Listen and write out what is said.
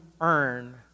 earn